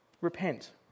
Repent